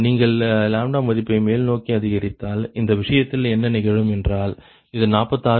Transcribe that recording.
நீங்கள் மதிப்பை மேல்நோக்கி அதிகரித்தால் அந்த விஷயத்தில் என்ன நிகழும் என்றால் இது 46